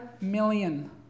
million